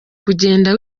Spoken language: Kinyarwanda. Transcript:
kugenda